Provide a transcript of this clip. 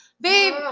babe